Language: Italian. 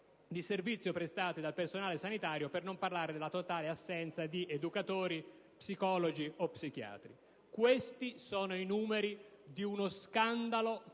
di servizio prestato dal personale sanitario, per non parlare della totale assenza di educatori, psicologi o psichiatri. Questi sono i numeri di uno scandalo